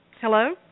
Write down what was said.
Hello